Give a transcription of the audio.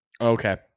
Okay